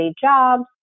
jobs